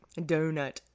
Donut